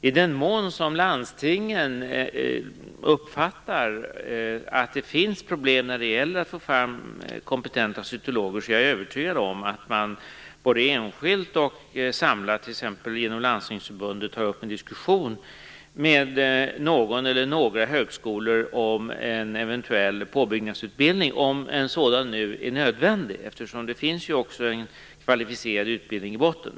I den mån som landstingen uppfattar att det finns problem när det gäller att få fram kompetenta cytologer är jag övertygad om att man både enskilt och samlat, t.ex. genom Landstingsförbundet, tar upp en diskussion med någon eller några högskolor om en eventuell påbyggnadsutbildning, om en sådan är nödvändig. Det finns ju en kvalificerad utbildning i botten.